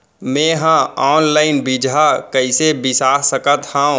मे हा अनलाइन बीजहा कईसे बीसा सकत हाव